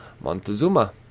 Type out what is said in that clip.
Montezuma